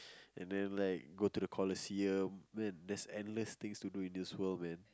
and then like go to the Colosseum then there's endless things to do in this world man